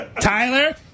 Tyler